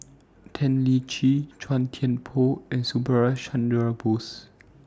Tan Lian Chye Chua Thian Poh and Subhas Chandra Bose